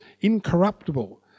incorruptible